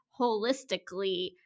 holistically